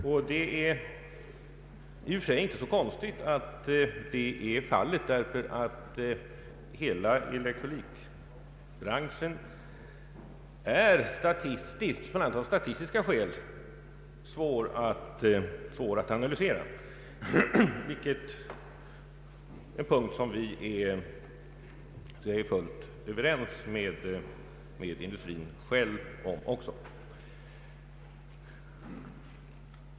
Det är väl i och för sig inte konstigt att så är fallet, därför att hela elektronikbranschen av statistiska skäl är svår att analysera — något som vi också är fullt överens med industrin om.